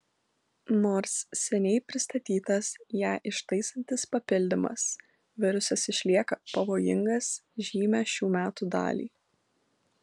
nors seniai pristatytas ją ištaisantis papildymas virusas išlieka pavojingas žymią šių metų dalį